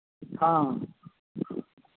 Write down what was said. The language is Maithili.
हँ